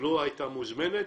שלא הייתה מוזמנת,